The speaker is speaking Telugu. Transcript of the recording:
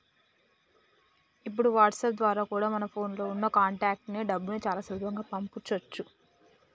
ఇప్పుడు వాట్సాప్ ద్వారా కూడా మన ఫోన్ లో ఉన్న కాంటాక్ట్స్ కి డబ్బుని చాలా సులభంగా పంపించొచ్చు